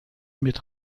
mit